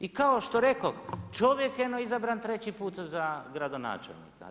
I kao što rekoh, čovjek eno izabran treći put za gradonačelnika.